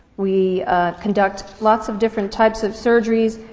we conduct lots of different types of surgeries.